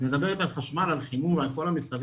את מדברת על חשמל על חימום, על כל המסביב.